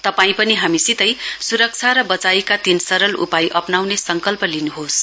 तपाईं पनि हामीसितै सुरक्षा र बचाईका तीन सरल उपाय अप्राउने संकल्प गर्नुहोस